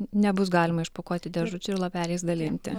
nebus galima išpakuoti dėžučių ir lapeliais dalinti